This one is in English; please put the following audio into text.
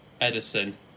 Edison